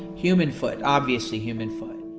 human foot, obviously human foot.